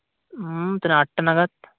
ᱟᱴᱴᱟ ᱱᱟᱜᱟᱫ